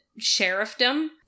sheriffdom